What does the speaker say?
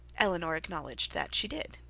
eleanor acknowledged that she did.